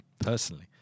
personally